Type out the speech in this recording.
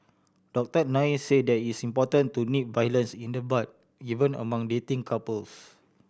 Doctor Nair said that it is important to nip violence in the bud even among dating couples